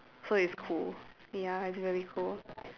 so it's cool ya it's very cool